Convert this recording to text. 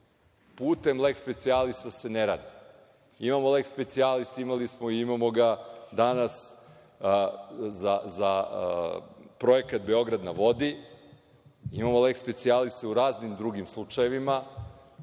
putem leks specijalisa se ne radi. Imali smo leks specijalis i imamo ga danas za projekat „Beograd na vodi“. Imamo leks specijalise u raznim drugim slučajevima.